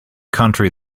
country